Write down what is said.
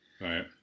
Right